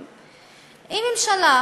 בהם, היא הממשלה,